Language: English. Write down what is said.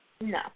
No